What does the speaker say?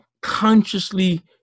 consciously